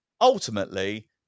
ultimately